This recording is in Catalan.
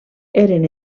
eren